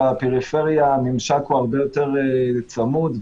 בפריפריה הממשק הוא הרבה יותר צמוד,